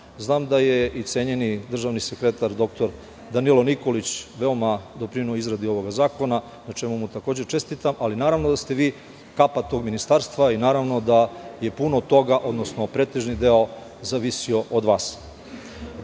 Znam da je i cenjeni državni sekretar doktor Danilo Nikolić veoma doprineo izradi ovog zakona, na čemu mu takođe čestitam, ali naravno da ste vi kapa tog ministarstva i naravno da je puno toga, odnosno pretežan deo zavisio od